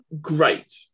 great